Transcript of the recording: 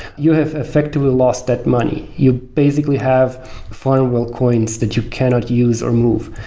you have effectively lost that money. you basically have fundable coins that you cannot use or move.